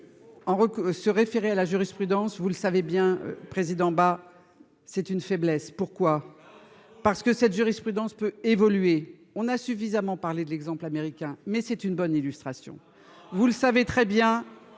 se référer à la jurisprudence, vous le savez bien président bah, c'est une faiblesse, pourquoi, parce que cette jurisprudence peut évoluer, on a suffisamment parlé de l'exemple américain, mais c'est une bonne illustration, vous le savez très bien